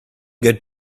good